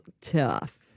tough